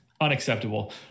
unacceptable